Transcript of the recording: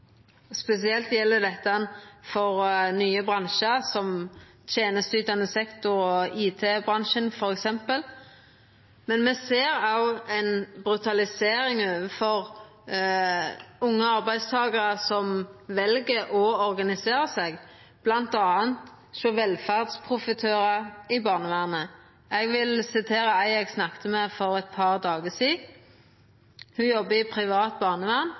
Spesielt gjeld dette nye bransjar, som tenesteytande sektor og it-bransjen, f.eks., men me ser òg ei brutalisering overfor unge arbeidstakarar som vel å organisera seg, bl.a. hos velferdsprofitørar i barnevernet. Eg vil sitera ei eg snakka med for eit par dagar sidan. Ho jobbar i